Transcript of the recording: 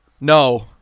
no